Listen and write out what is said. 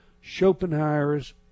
Schopenhauer's